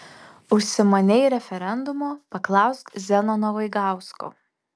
užsimanei referendumo paklausk zenono vaigausko